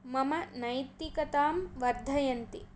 मम नैतिकतां वर्धयन्ति